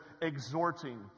exhorting